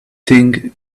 thing